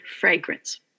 fragrance